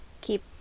keep